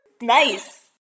Nice